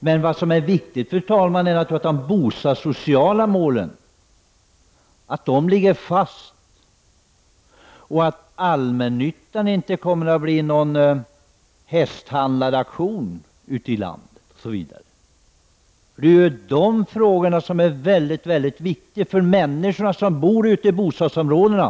Men vad som är viktigt är ju att de bostadssociala målen ligger fast, fru talman, och att allmännyttan inte kommer att bli någon hästhandlarauktion ute i landet. Det är ju de frågorna som är väldigt viktiga för människorna ute i bostadsområdena.